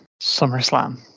SummerSlam